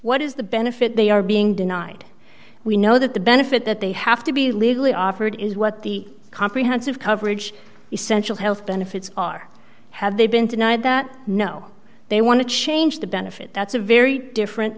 what is the benefit they are being denied we know that the benefit that they have to be legally offered is what the comprehensive coverage essential health benefits are have they been denied that no they want to change the benefit that's a very different